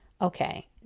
Okay